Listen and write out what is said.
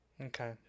Okay